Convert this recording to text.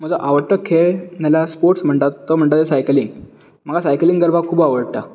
म्हजो आवडटो खेळ नाल्यार स्पोर्टस म्हणटात तो सायकलींग म्हाका सायकलींग करपाक खूब आवडटा